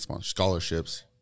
scholarships